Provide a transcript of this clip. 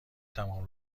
تمام